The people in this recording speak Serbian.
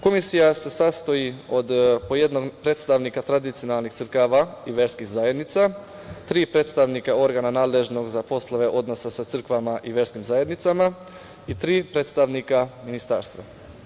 Komisija se sastoji od po jednog predstavnika tradicionalnih crkava i verskih zajednica, tri predstavnika organa nadležnog za poslove odnosa sa crkvama i verskim zajednicama i tri predstavnika ministarstva.